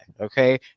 Okay